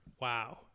Wow